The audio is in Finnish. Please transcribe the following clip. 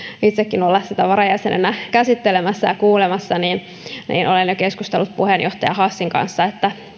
itsekin olla sitä varajäsenenä käsittelemässä ja kuulemassa niin olen jo keskustellut puheenjohtaja hassin kanssa että